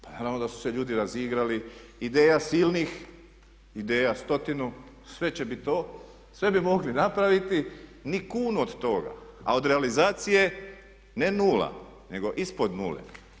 Pa naravno da su se ljudi razigrali, ideja silnih, ideja stotinu sve će biti to, sve bi mogli napraviti ni kunu od toga, a od realizacije ne nula, nego ispod nule.